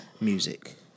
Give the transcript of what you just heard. music